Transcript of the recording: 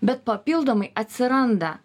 bet papildomai atsiranda